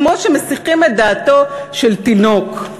כמו שמסיחים את דעתו של תינוק,